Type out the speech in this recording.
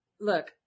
Look